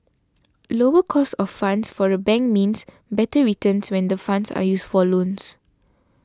lower cost of funds for a bank means better returns when the funds are used for loans